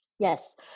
Yes